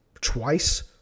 twice